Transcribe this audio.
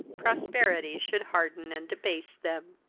prosperity should harden and debase them.